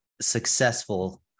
successful